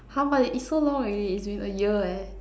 !huh! but it's so long already it's been a year leh